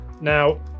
now